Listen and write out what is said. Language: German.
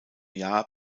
jahr